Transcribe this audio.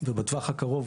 ובטווח הקרוב,